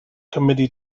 committee